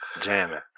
Jamming